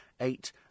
eight